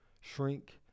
shrink